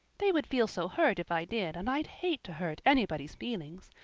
they would feel so hurt if i did and i'd hate to hurt anybody's feelings,